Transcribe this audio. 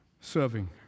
serving